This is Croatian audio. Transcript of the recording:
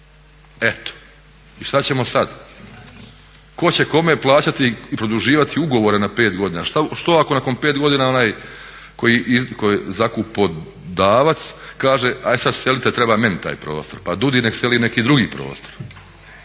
Eto! I šta ćemo sad? Tko će kome plaćati i produživati ugovore na 5 godina? Što ako nakon 5 godina onaj koji je zakupodavac kaže ajd sad selite, treba meni taj prostor. Pa DUUDI nek seli u neki drugi prostor.